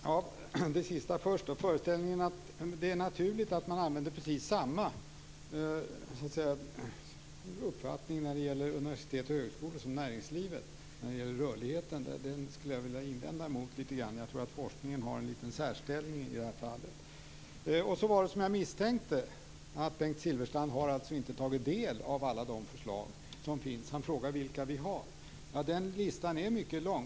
Fru talman! Jag vill nog invända emot föreställningen att det är naturligt att använda samma synsätt vad gäller rörlighet för såväl universitet och högskolor som näringsliv. Jag tror att forskningen i det fallet intar något av en särställning. Som jag misstänkte har Bengt Silfverstrand inte tagit del av alla de förslag som finns. Han frågar vilka förslag vi har. Den listan är mycket lång.